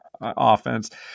offense